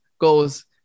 goes